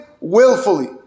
willfully